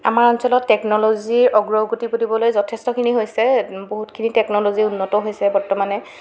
আমাৰ অঞ্চলত টেকনলজিৰ অগ্ৰগতি বুলিবলৈ যথেষ্টখিনি হৈছে বহুতখিনি টেকনলজি উন্নত হৈছে বৰ্তমানে